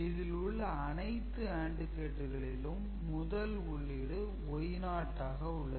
இதில் உள்ள அனைத்து AND கேட்டுகளிலும் முதல் உள்ளீடு Y0 ஆக உள்ளது